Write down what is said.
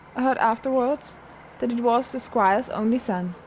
i heard afterwards that it was the squire's only son,